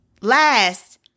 Last